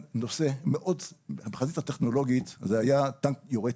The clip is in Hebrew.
בחזית הטכנולוגית טנק יורה,